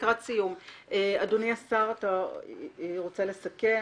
אדוני השר, אתה רוצה לסכם?